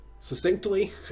succinctly